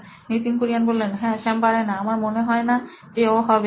Nitin Kurian C O ও নোইন electronics হ্যাঁ স্যাম পারেনা আমার মনে হয়না যে ও হবে